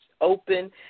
open